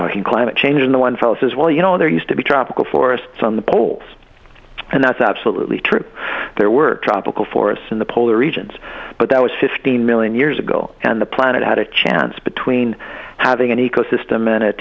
talking climate change in the one fella says well you know there used to be tropical forests on the poles and that's absolutely true there were tropical forests in the polar regions but that was fifteen million years ago and the planet had a chance between having an ecosystem in